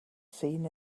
seen